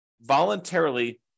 voluntarily